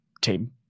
team